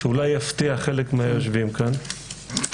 שאולי יפתיע חלק מהיושבים כאן.